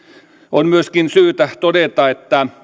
on myöskin syytä todeta että